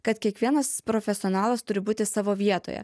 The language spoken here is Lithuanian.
kad kiekvienas profesionalas turi būti savo vietoje